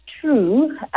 true